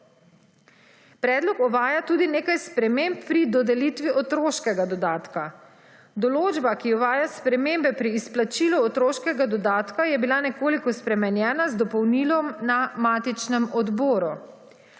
Predlog uvaja tudi nekaj sprememb pri dodelitvi otroškega dodatka. Določba, ki uvaja spremembe pri izplačilu otroškega dodatka je bila nekoliko spremenjena z dopolnilom na matičnem odboru.